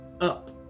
up